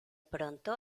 pronto